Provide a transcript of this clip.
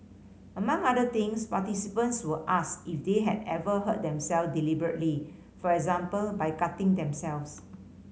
among other things participants were asked if they had ever hurt them self deliberately for example by cutting themselves